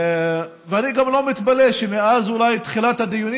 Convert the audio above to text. ואני גם לא מתפלא שאולי מאז תחילת הדיונים